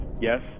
Yes